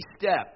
step